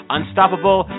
Unstoppable